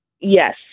Yes